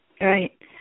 right